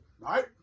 Right